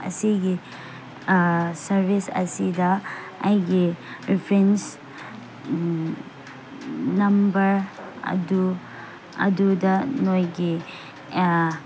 ꯑꯁꯤꯒꯤ ꯁꯥꯔꯕꯤꯁ ꯑꯁꯤꯗ ꯑꯩꯒꯤ ꯔꯤꯐꯔꯦꯟꯁ ꯅꯝꯕꯔ ꯑꯗꯨ ꯑꯗꯨꯗ ꯅꯣꯏꯒꯤ